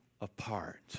apart